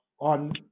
on